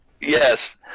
Yes